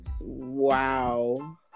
Wow